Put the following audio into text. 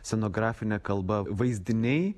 scenografine kalba vaizdiniai